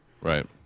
Right